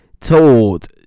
told